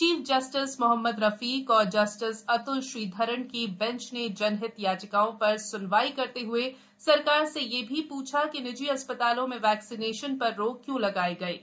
chief justice Mohammad Rafiq और justice Atul Sridharan की bench ने जनहित याचिकाओं पर सुनवाई करते हुए सरकार से यह भी पूछा कि निजी अस्पतालों में वैक्सीनेशन पर रोक क्यों लगाई गई है